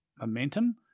momentum